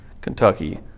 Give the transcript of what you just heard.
Kentucky